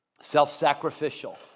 self-sacrificial